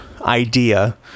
idea